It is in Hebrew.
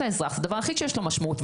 האזרח זה הדבר היחיד שיש לו משמעות,